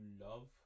love